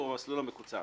הוא המסלול המקוצר.